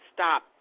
Stop